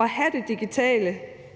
at have det digitale